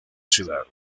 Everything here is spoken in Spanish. ciudad